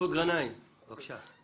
מסעוד גנאים, בבקשה.